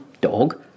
dog